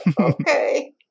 Okay